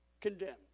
condemned